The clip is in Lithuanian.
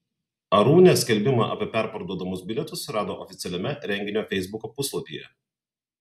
arūnė skelbimą apie perparduodamus bilietus rado oficialiame renginio feisbuko puslapyje